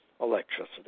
electricity